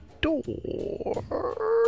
door